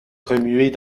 remuer